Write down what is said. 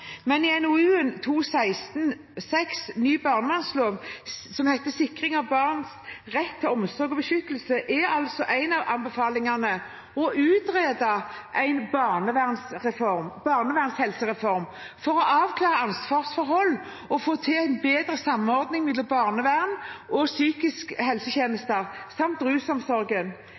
men i NOU 2016: 16 Ny barnevernslov – Sikring av barns rett til omsorg og beskyttelse er en av anbefalingene å utrede en barnevernshelsereform for å avklare ansvarsforhold og få til en bedre samordning mellom barnevern og psykisk helsetjeneste samt rusomsorgen.